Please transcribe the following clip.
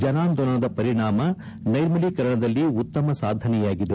ಜನಾಂದೋಲನದ ಪರಿಣಾಮ ನೈರ್ಮಲೀಕರಣದಲ್ಲಿ ಉತ್ತಮ ಸಾಧನೆಯಾಗಿದೆ